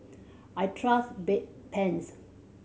I trust Bedpans